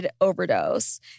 overdose